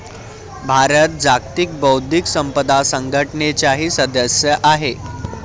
भारत जागतिक बौद्धिक संपदा संघटनेचाही सदस्य आहे